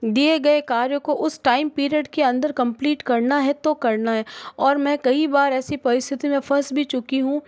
दिए गए कार्य को उस टाइम पीरियड के अंदर कम्प्लीट करना है तो करना है और मैं कई बार ऐसी परिस्थिति में फस भी चुकि हूँ